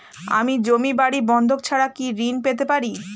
আমি জমি বাড়ি বন্ধক ছাড়া কি ঋণ পেতে পারি?